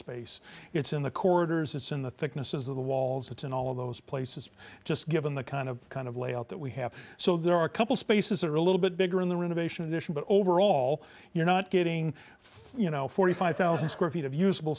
space it's in the corridors it's in the thickness of the walls it's in all of those places just given the kind of kind of layout that we have so there are a couple spaces are a little bit bigger in the renovation addition but overall you're not getting you know forty five thousand square feet of usable